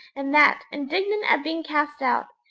and that, indignant at being cast out,